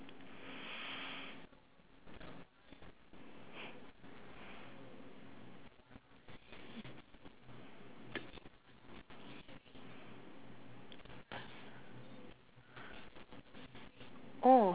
oh